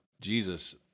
Jesus